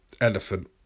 elephant